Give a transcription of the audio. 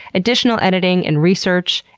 additional editing, and research,